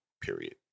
period